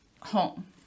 home